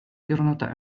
diwrnodau